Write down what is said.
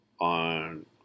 on